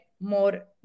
more